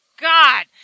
God